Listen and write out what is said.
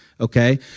Okay